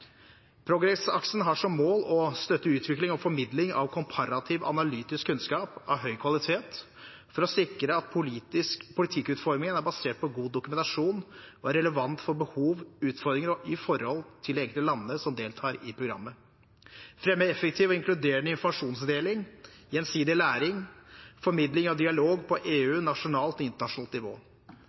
har som mål å støtte utvikling og formidling av komparativ analytisk kunnskap av høy kvalitet for å sikre at politikkutformingen er basert på god dokumentasjon og er relevant for behov, utfordringer og forhold i de enkelte landene som deltar i programmet fremme effektiv og inkluderende informasjonsdeling, gjensidig læring, formidling av dialog på EU-, nasjonalt og internasjonalt nivå